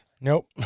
Nope